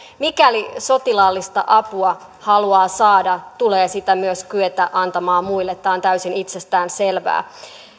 mikäli sotilaallista apua haluaa saada tulee sitä myös kyetä antamaan muille tämä on täysin itsestään selvää